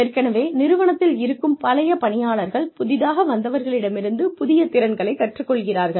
ஏற்கனவே நிறுவனத்தில் இருக்கும் பழைய பணியாளர்கள் புதிதாக வந்தவர்களிடமிருந்து புதிய திறன்களைக் கற்றுக்கொள்கிறார்கள்